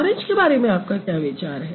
orange के बारे में आपका क्या विचार है